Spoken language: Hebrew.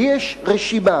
לי יש רשימה,